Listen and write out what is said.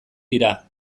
dira